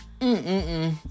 mm-mm-mm